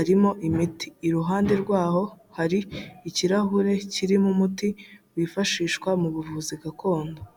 arimo imiti, iruhande rwaho hari ikirahure kirimo umuti wifashishwa mu buvuzi gakondo.